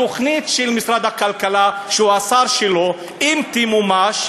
התוכנית של משרד הכלכלה, שהוא השר שלו, אם תמומש,